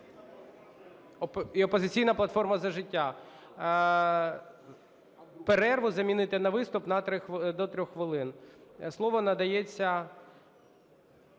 і "Опозиційна платформа - За життя". Перерву замінити на виступ до 3 хвилин. Слово надається…